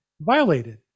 violated